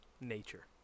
nature